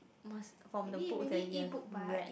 must from the book that you have read